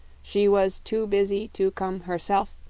she was too bus-y to come her-self,